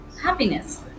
happiness